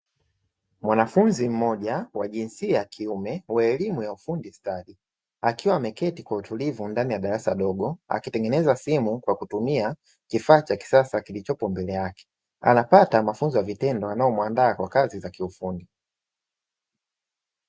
Mwanafunzi mmoja wa jinsia ya kiume wa elimu ya ufundi stadi, akiwa ameketi kwa utulivu ndani ya darasa dogo, akitengeneza simu kwa kutumia kifaa cha kisasa kilichopo mbele yake. Anapata mafunzo ya vitendo yanayomuandaa kwa kazi za kiufundi.